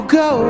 go